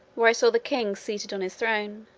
where i saw the king seated on his throne,